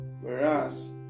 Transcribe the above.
whereas